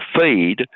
feed